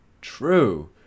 True